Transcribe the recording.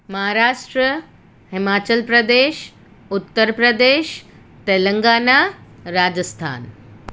Maharashtra Himachal Pradesh Uttar Pradesh Telangana Rajasthan